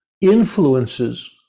influences